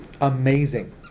Amazing